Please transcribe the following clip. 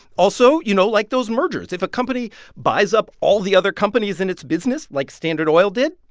also, you know, like those mergers, if a company buys up all the other companies in its business like standard oil did,